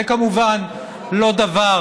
זה כמובן לא דבר